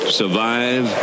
survive